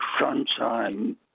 Sunshine